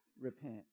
Repent